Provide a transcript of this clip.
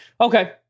Okay